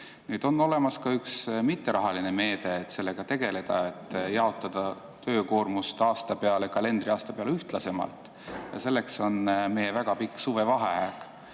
Aga on olemas ka üks mitterahaline meede, et sellega tegeleda: jaotada töökoormus aasta peale, kalendriaasta peale ühtlasemalt. Meil on väga pikk suvevaheaeg,